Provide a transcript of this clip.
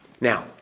Now